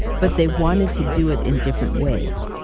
but they wanted to do it in different ways.